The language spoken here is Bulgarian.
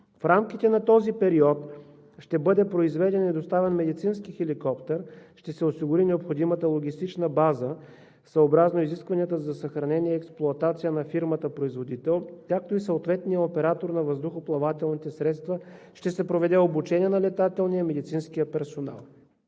В рамките на този период ще бъде произведен и доставен медицински хеликоптер, ще се осигури необходимата логистична база – съобразно изискванията за съхранение и експлоатация на фирмата производител, както и съответния оператор на въздухоплавателните средства, ще се проведе обучение на летателния и медицински персонал.